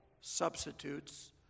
substitutes